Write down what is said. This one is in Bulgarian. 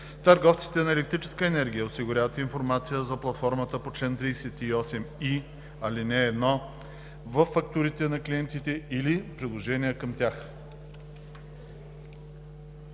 Търговците на електрическа енергия осигуряват информация за платформата по чл. 38и, ал. 1 във фактурите на клиентите или в приложения към тях.“